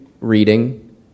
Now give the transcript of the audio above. reading